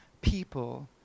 people